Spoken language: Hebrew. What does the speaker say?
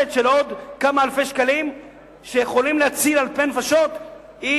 תוספת של עוד כמה אלפי שקלים שיכולים להציל אלפי נפשות היא